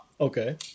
okay